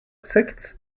sects